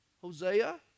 Hosea